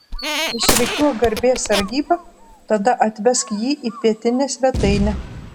išrikiuok garbės sargybą tada atvesk jį į pietinę svetainę